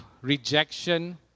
rejection